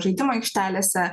žaidimų aikštelėse